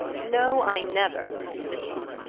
no, i never, said kate,